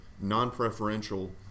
non-preferential